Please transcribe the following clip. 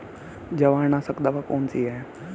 जवारनाशक दवा कौन सी है?